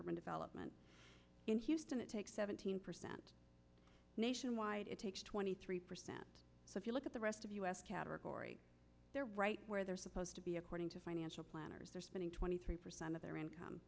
urban development in houston it takes seventeen percent nationwide it takes twenty three percent so if you look at the rest of us category they're right where they're supposed to be according to financial planners they're spending twenty three percent of their income